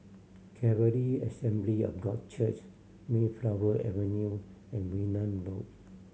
Calvary Assembly of God Church Mayflower Avenue and Wee Nam Road